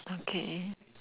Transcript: okay